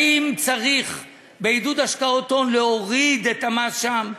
האם צריך בעידוד השקעות הון להוריד את המס שם?